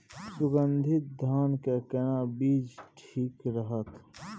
सुगन्धित धान के केना बीज ठीक रहत?